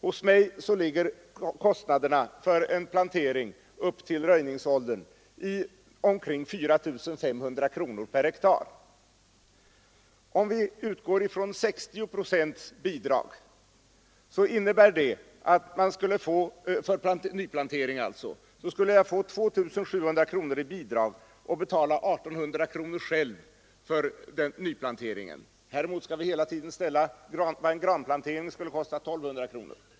Hos mig ligger kostnaderna för en plantering upp till röjningsåldern på omkring 4 500 kronor per har. Om vi utgår från 60 procents bidrag innebär det att jag för nyplantering skulle få 2 700 kronor i bidrag och betala 1 800 kronor själv. Häremot skall vi hela tiden ställa vad en granplantering skulle kosta, 1 200 kronor.